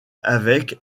avec